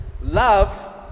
Love